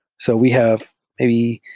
so we have maybe